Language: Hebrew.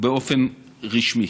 באופן רשמי: